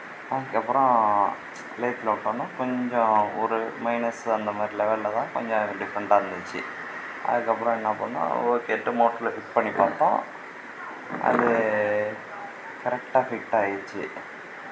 அதுக்கப்புறோம் லேத்தில் விட்டோன்ன கொஞ்சம் ஒரு மைனஸ்ஸு அந்த மாதிரி லெவலில் தான் கொஞ்சம் டிஃப்ரண்ட்டாக இருந்துச்சு அதுக்கப்புறம் என்ன பண்ணிணோம் ஓகேன்ட்டு மோட்டரில் ஃபிக்ஸ் பண்ணிப் பார்த்தோம் அது கரெக்டாக ஃபிட் ஆயிடுச்சு